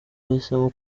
ahisemo